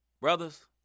brothers